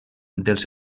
dels